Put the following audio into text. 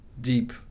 deep